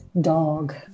dog